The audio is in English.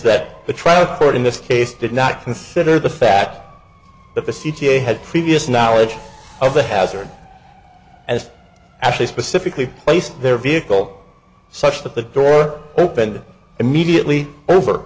that the trial court in this case did not consider the fact that the c t a had previous knowledge of the hazard as actually specifically placed their vehicle such that the door opened immediately over